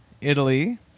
Italy